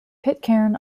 pitcairn